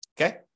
Okay